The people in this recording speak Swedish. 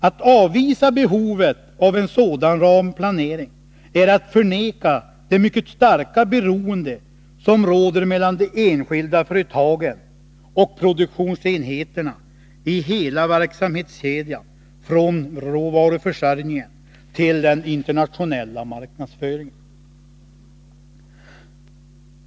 Att avvisa behovet av en sådan ramplanering är att förneka det mycke" starka beroende som råder mellan de enskilda företagen och produktionsenheterna i hela verksamhetskedjan från råvaruförsörjningen till den internationella marknadsföringen.